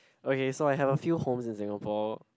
okay so I have a few homes in Singapore